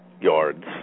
yards